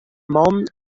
man